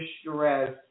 stress